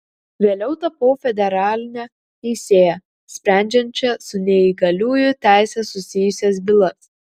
vėliau tapau federaline teisėja sprendžiančia su neįgaliųjų teise susijusias bylas